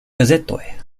gazetoj